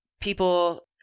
People